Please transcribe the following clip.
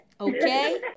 Okay